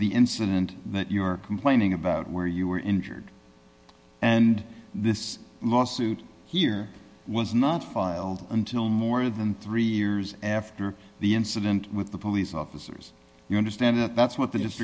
the incident that you're complaining about where you were injured and this lawsuit here was not filed until more than three years after the incident with the police officers you understand that's what the